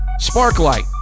Sparklight